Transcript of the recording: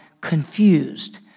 confused